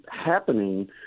happening